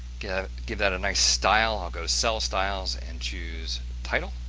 give give that a nice style. i'll go cell styles and choose title.